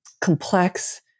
complex